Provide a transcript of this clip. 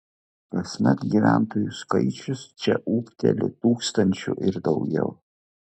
kasmet gyventojų skaičius čia ūgteli tūkstančiu ir daugiau